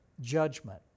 judgment